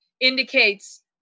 indicates